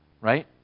right